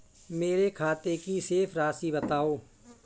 मेरे खाते की शेष राशि बताओ?